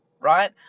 right